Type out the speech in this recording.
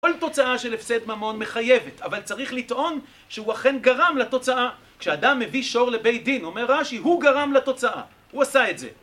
כל תוצאה של הפסד ממון מחייבת, אבל צריך לטעון שהוא אכן גרם לתוצאה. כשאדם מביא שור לבית דין, אומר רש"י, הוא גרם לתוצאה, הוא עשה את זה.